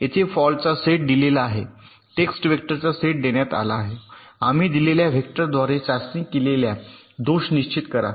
येथे फॉल्टचा सेट दिलेला आहे टेस्ट वेक्टरचा सेट देण्यात आला आहे आम्ही दिलेल्या वेक्टरद्वारे चाचणी केलेल्या दोष निश्चित करा